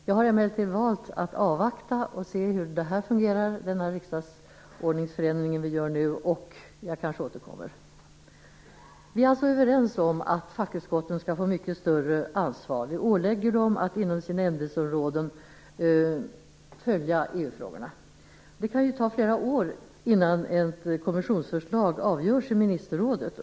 Jag har emellertid valt att avvakta och se hur den förändring av riksdagsordningen som vi nu genomför fungerar, och jag kanske återkommer. Vi är alltså överens om att fackutskotten skall få mycket större ansvar. Vi ålägger dem att inom sina ämnesområden följa EU-frågorna. Det kan ju ta flera år innan ett kommissionsförslag avgörs i ministerrådet.